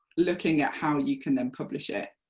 looking at how you can then publish it.